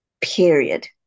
period